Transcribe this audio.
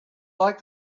like